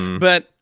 but,